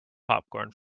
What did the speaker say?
popcorn